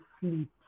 sleep